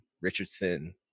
Richardson